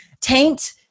taint